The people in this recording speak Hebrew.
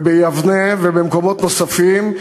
ביבנה ובמקומות נוספים,